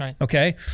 Okay